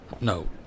No